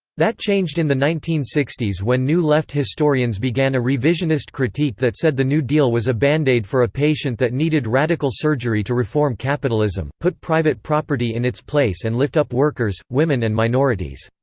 that changed in the nineteen sixty s when new left historians began a revisionist critique that said the new deal was a bandaid for a patient that needed radical surgery to reform capitalism, put private property in its place and lift up workers, women and minorities.